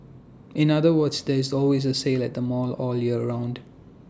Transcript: in other words there is always A sale at the mall all year around